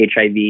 HIV